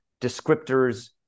descriptors